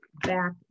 back